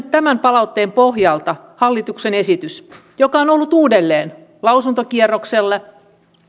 tämän palautteen pohjalta hallituksen esitys joka on on ollut uudelleen lausuntokierroksella